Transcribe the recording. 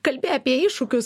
kalbi apie iššūkius